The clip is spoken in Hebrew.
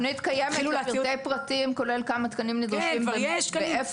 התוכנית קיימת לפרטי פרטים כולל כמה תקנים נדרשים ואיפה.